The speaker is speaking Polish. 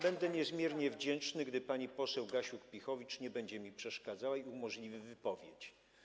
Będę niezmiernie wdzięczny, gdy pani poseł Gasiuk-Pihowicz nie będzie mi przeszkadzała i umożliwi mi wypowiedź.